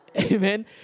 Amen